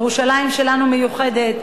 ירושלים שלנו מיוחדת,